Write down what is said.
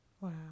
Wow